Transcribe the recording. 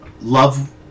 Love